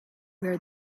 where